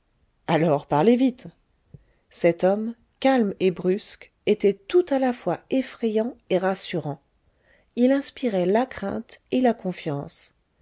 alors parlez vite cet homme calme et brusque était tout à la fois effrayant et rassurant il inspirait la crainte et la confiance